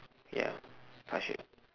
ya five shape